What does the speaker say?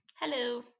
Hello